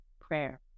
prayer